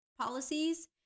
policies